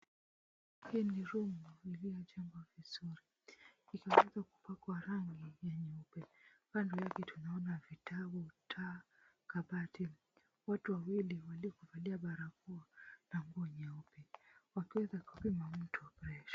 Hii ni nyumba iliyojengwa vizuri ikiweza kupakwa rangi ya nyeupe. Kando yake tunaona vitabu, taa, kabati. Watu wawili walioweza kuvalia barakoa na nguo nyeupe. Wakiweza kupima mtu freshi.